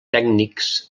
tècnics